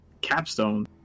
capstone